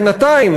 בינתיים,